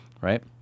right